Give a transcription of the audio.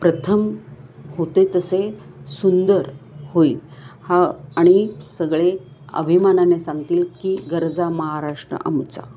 प्रथम होते तसे सुंदर होईल हा आणि सगळे अभिमानाने सांगतील की गर्जा महाराष्ट्र आमचा